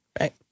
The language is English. right